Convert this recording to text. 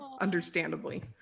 Understandably